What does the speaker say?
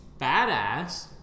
Badass